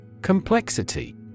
Complexity